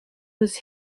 was